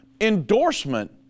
endorsement